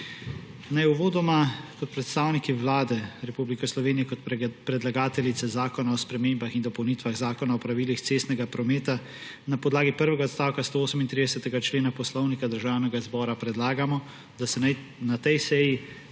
Naj uvodoma kot predstavniki Vlade Republike Slovenije kot predlagateljice Predloga zakona o spremembah in dopolnitvah Zakona o pravilih cestnega prometa na podlagi prvega odstavka 138. člena Poslovnika Državnega zbora predlagamo, da se na tej seji